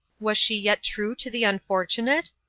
was she yet true to the unfortunate?